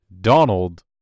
Donald